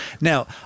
Now